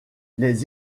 les